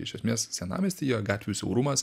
iš esmės senamiestyje gatvių siaurumas